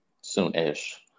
soon-ish